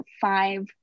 five